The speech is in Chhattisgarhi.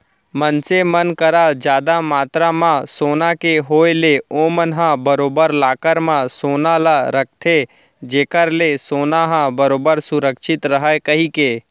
मनसे मन करा जादा मातरा म सोना के होय ले ओमन ह बरोबर लॉकर म सोना ल रखथे जेखर ले सोना ह बरोबर सुरक्छित रहय कहिके